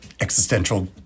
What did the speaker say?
existential